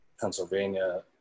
pennsylvania